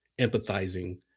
empathizing